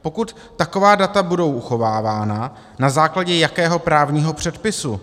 Pokud taková data budou uchovávána, na základě jakého právního předpisu?